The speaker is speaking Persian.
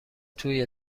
توی